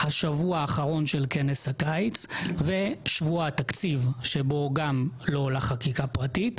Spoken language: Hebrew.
השבוע האחרון של כנס הקיץ ושבוע התקציב שבו לא עולה חקיקה פרטית.